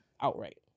outright